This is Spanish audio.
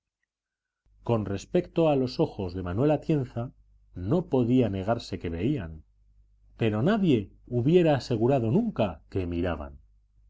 con respecto a los ojos de manuel atienza no podía negarse que veían pero nadie hubiera asegurado nunca que miraban